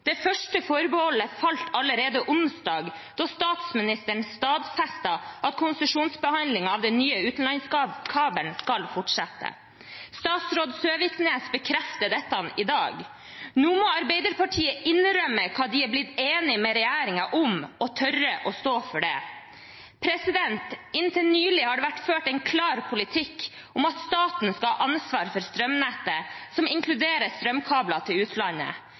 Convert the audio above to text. Det første forbeholdet falt allerede onsdag, da statsministeren stadfestet at konsesjonsbehandlingen av den nye utenlandskabelen skal fortsette. Statsråd Søviknes bekreftet dette i dag. Nå må Arbeiderpartiet innrømme hva de er blitt enig med regjeringen om, og tørre å stå for det. Inntil nylig har det vært ført en klar politikk om at staten skal ha ansvar for strømnettet, som inkluderer strømkabler til utlandet.